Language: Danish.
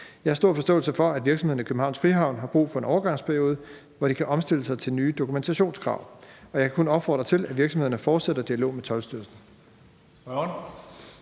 Jeg har stor forståelse for, at virksomhederne i Københavns Frihavn har brug for en overgangsperiode, hvor de kan omstille sig til nye dokumentationskrav, og jeg kan kun opfordre til, at virksomhederne fortsætter dialogen med Toldstyrelsen.